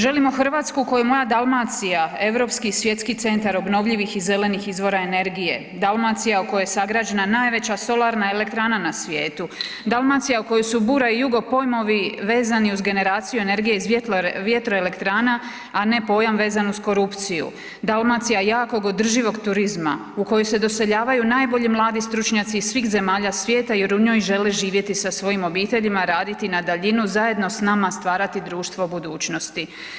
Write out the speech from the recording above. Želimo Hrvatsku koju moja Dalmacija Europski svjetski centar obnovljivih i zelenih izvora energije, Dalmacija u kojoj je sagrađena najveća solarna elektrana na svijetu, Dalmacija u kojoj su bura i jugo pojmovi vezani uz generaciju energije iz vjetroelektrana, a ne pojam vezan uz korupciju, Dalmacija jakog održivog turizma u koju se doseljavaju najbolji mladi stručnjaci iz svih zemalja svijeta jer u njoj žele živjeti sa svojim obiteljima, raditi na daljinu, zajedno s nama stvarati društvo budućnosti.